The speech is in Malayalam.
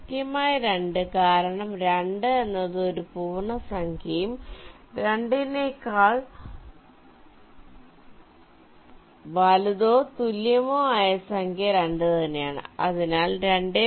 കൃത്യമായി 2 കാരണം 2 എന്നത് ഒരു പൂർണ്ണസംഖ്യയും 2 നേക്കാൾ വലുതോ തുല്യമോ ആയ സംഖ്യ 2 തന്നെയാണ് അതിനാൽ 2